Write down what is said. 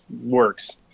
works